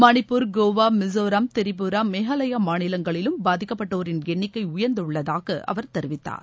மணிப்பூர் கோவா மிசோராம் திரிபுரா மேகாலயா மாநிலங்களிலும் பாதிக்கப்பட்டோரின் எண்ணிக்கை உயர்ந்துள்ளதாக அவர் தெரிவித்தார்